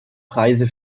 preise